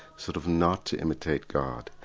sort of not to imitate god.